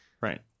Right